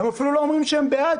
הם אפילו לא אומרים שהם בעד